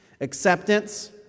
acceptance